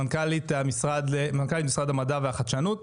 מנכ"לית משרד המדע והחדשנות.